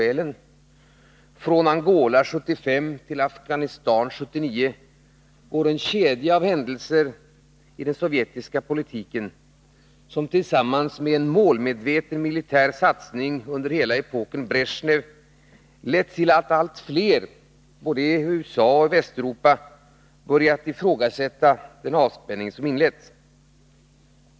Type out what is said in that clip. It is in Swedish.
Från Angola 1975 till Afghanistan 1979 går en kedja av händelser i den sovjetiska politiken som, tillsammans med en målmedveten militär satsning under hela epoken Bresjnev, lett till att allt flera i både USA och Västeuropa börjat ifrågasätta den avspänning som inletts.